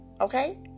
okay